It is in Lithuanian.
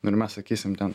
ir mes sakysim ten